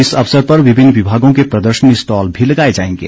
इस अवसर पर विभिन्न विभागों के प्रदर्शनी स्टॉल भी लगाए जाएंगे